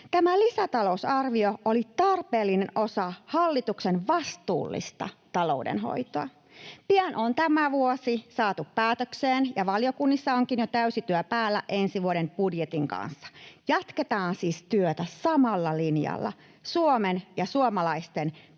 Tämä lisätalousarvio oli tarpeellinen osa hallituksen vastuullista taloudenhoitoa. Pian on tämä vuosi saatu päätökseen, ja valiokunnissa onkin jo täysi työ päällä ensi vuoden budjetin kanssa. Jatketaan siis työtä samalla linjalla, Suomen ja suomalaisten